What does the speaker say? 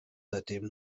seitdem